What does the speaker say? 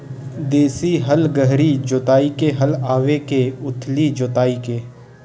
देशी हल गहरी जोताई के हल आवे के उथली जोताई के?